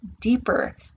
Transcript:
deeper